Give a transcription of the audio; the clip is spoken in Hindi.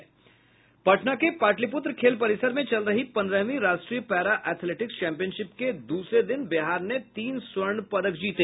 पटना के पाटलिपुत्र खेल परिसर में चल रही पन्द्रहवीं राष्ट्रीय पैरा ऐथलेटिक्स चैंपियनशिप के दूसरे दिन बिहार ने तीन स्वर्ण पदक जीते